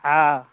हँ